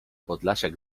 podlasiak